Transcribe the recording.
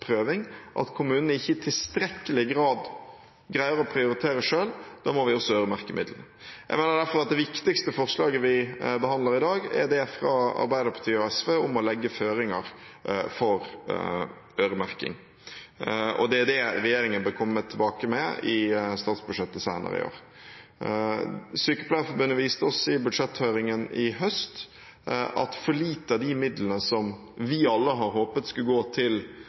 at kommunene ikke i tilstrekkelig grad greier å prioritere selv, må vi øremerke midlene. Jeg mener derfor at det viktigste forslaget vi behandler i dag, er det fra Arbeiderpartiet og SV om å legge føringer for øremerking. Det er det regjeringen bør komme tilbake med i statsbudsjettet senere i år. Sykepleierforbundet viste oss i budsjetthøringen i høst at for lite av de midlene som vi alle hadde håpet skulle gå til